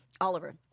Oliver